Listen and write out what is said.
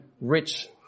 rich